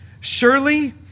Surely